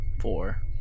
Four